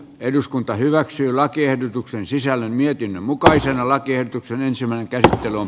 eduskunta hyväksyi lakiehdotuksen sisällä mietin mukaisella keitoksen ensimmäinen kerta ottelun